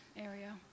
area